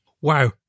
Wow